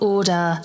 Order